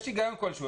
יש היגיון כלשהו.